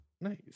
Nice